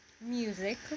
music